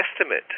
estimate